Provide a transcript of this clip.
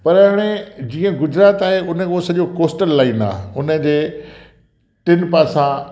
पर हाणे जीअं गुजरात आहे हुन उहो सॼो कोस्टर लाइन आहे हुनजे टिनि पासा